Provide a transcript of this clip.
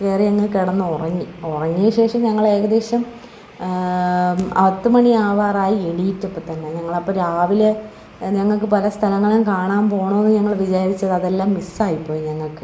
കയറി അങ്ങ് കിടന്നുറങ്ങി ഉറങ്ങിയശേഷം ഞങ്ങള് ഏകദേശം പത്തു മണി ആവാറായി എണീറ്റപ്പോള്ത്തന്നെ ഞങ്ങളപ്പോള് രാവിലെ ഞങ്ങള്ക്ക് പല സ്ഥലങ്ങളും കാണാന് പോകണമെന്ന് വിചാരിച്ചതാണ് അതെല്ലാം മിസ്സായിപ്പോയി ഞങ്ങള്ക്ക്